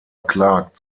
clark